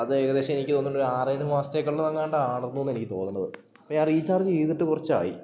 അത് ഏകദേശം എനിക്ക് തോന്നണത് ഒരാറേഴ് മാസത്തേക്കുള്ളതെങ്ങാണ്ടാണെന്ന് എനിക്ക് തോന്നണത് ഇപ്പം ഞാൻ റീചാർജ് ചെയ്തിട്ട് കുറച്ചായി